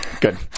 Good